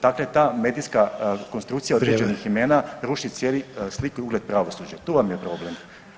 Dakle, ta medijska [[Upadica Sanader: Vrijeme.]] konstrukcija određenih imena ruši cijeli sliku i ugled pravosuđa, tu vam je problem.